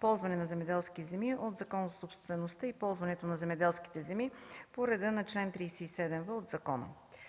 „Ползване на земеделски земи” от Закона за собствеността и ползването на земеделските земи по реда на чл. 37в от закона.